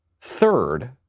Third